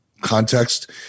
context